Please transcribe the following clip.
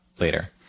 later